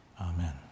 amen